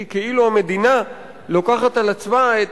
כי כאילו המדינה לוקחת על עצמה את